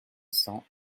cents